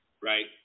Right